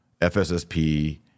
FSSP